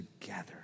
together